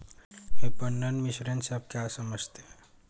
विपणन मिश्रण से आप क्या समझते हैं?